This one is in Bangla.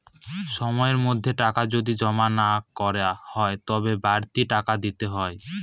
সময়ের মধ্যে টাকা যদি জমা না করা হয় তবে বাড়তি টাকা দিতে হয়